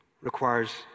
requires